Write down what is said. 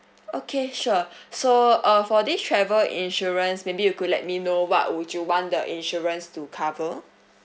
okay sure so uh for this travel insurance maybe you could let me know what would you want the insurance to cover